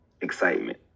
excitement